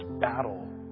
battle